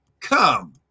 come